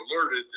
alerted